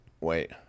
Wait